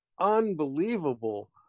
unbelievable